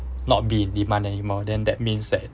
not be in demand anymore than that means that